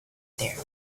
there